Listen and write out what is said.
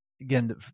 again